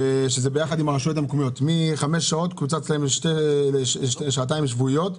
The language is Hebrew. יחד עם הרשויות המקומיות - מ-5 שעות קוצץ לשעתיים שבועיות.